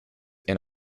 and